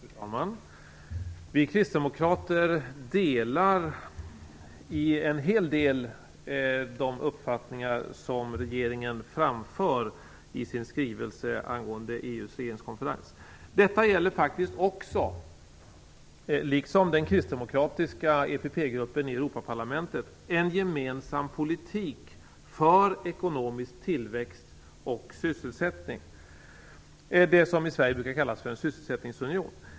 Fru talman! Vi kristdemokrater delar en hel del i de uppfattningar som regeringen framför i sin skrivelse angående EU:s regeringskonferens. Detta gäller faktiskt också - liksom för den kristdemokratiska EPP-gruppen i Europaparlamentet - en gemensam politik för ekonomisk tillväxt och sysselsättning, det som i Sverige brukar kallas för en sysselsättningsunion.